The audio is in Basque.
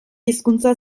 hizkuntza